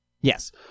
Yes